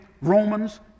Romans